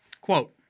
Quote